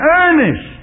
earnest